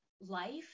life